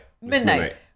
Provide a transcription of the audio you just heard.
midnight